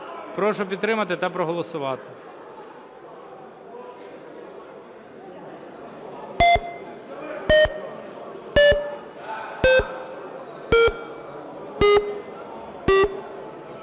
Прошу підтримати та проголосувати.